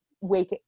wake